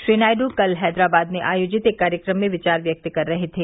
श्री नायडू कल हैदराबाद में आयोजित एक कार्यक्रम में विचार व्यक्त कर रहे थे